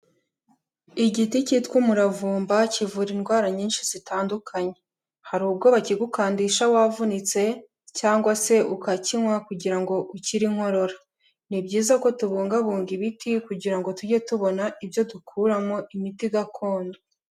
Igiti kitwa umuravumba kivura indwara nyinshi zitandukanye, hari ubwo bakigukandisha wavunitse cyangwa se ukakinywa kugira ngo ukire inkorora, ni byiza ko tubungabunga ibiti kugira ngo tujye tubona ibyo dukuramo imiti gakondo.